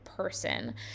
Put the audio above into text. person